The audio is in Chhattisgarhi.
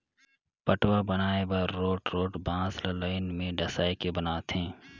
पटांव बनाए बर रोंठ रोंठ बांस ल लाइन में डसाए के बनाथे